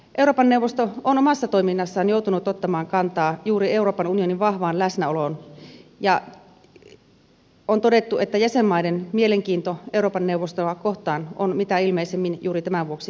euroopan neuvosto on omassa toiminnassaan joutunut ottamaan kantaa juuri euroopan unionin vahvaan läsnäoloon ja on todettu että jäsenmaiden mielenkiinto euroopan neuvostoa kohtaan on mitä ilmeisimmin juuri tämän vuoksi hiipunut